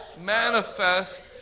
manifest